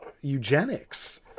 eugenics